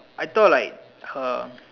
I thought like uh